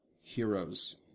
heroes